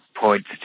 points